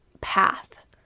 path